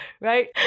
right